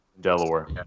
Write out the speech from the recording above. Delaware